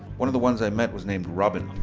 one of the ones i met was named robin,